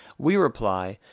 we reply,